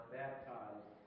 baptized